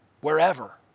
wherever